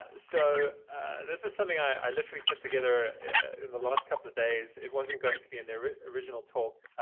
so this is something i literally put together in the last couple of days. it wasn't going to be in the original talk.